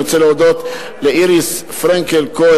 אני רוצה להודות לאיריס פרנקל-כהן,